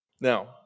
Now